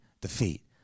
defeat